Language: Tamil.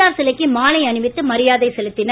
ஆர் சிலைக்கு மாலை அணிவித்து மரியாதை செலுத்தினர்